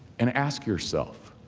and ask yourself.